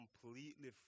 completely